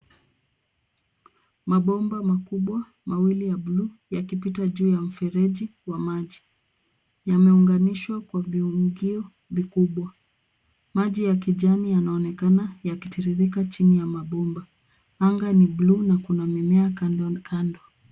Mabomba makubwa mawili ya buluu yakipita juu ya mfereji wa maji. Yameunganishwa kwa viungio vikubwa. Maji ya kijani yanayoonekana yanatiririka chini ya mabomba. Anga ni buluu na kuna mimea kando kando.